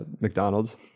McDonald's